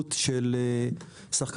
ההתלהבות של שחקנים.